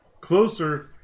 closer